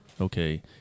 Okay